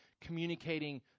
communicating